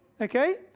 okay